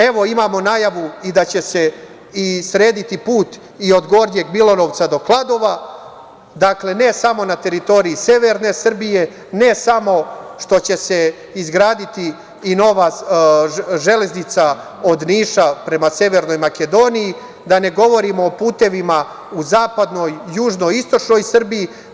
Evo, imamo najavu i da će se srediti put od Gornjeg Milanovca do Kladova, dakle, ne samo na teritoriji severne Srbije, ne samo što će se izgraditi i nova železnica od Niša prema Severnoj Makedoniji, da ne govorimo o putevima u zapadnoj, južnoj i istočnoj Srbiji.